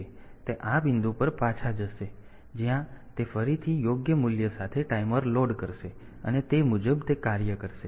તેથી તે આ બિંદુ પર પાછા જશે જ્યાં તે ફરીથી યોગ્ય મૂલ્ય સાથે ટાઈમર લોડ કરશે અને તે મુજબ તે કાર્ય કરશે